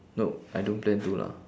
no I don't plan to lah